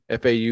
FAU